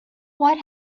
what